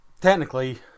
technically